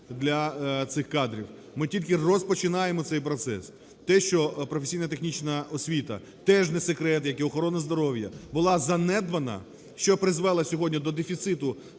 Ми тільки розпочинаємо цей процес. Те, що професійно-технічна освіта, теж не секрет, як і охорона здоров'я, була занедбана, що призвела сьогодні до дефіциту